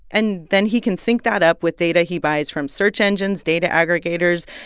and then he can sync that up with data he buys from search engines, data aggregators,